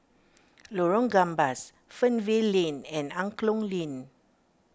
Lorong Gambas Fernvale Lane and Angklong Lane